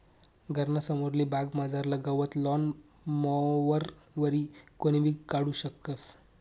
घरना समोरली बागमझारलं गवत लॉन मॉवरवरी कोणीबी काढू शकस